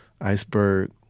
iceberg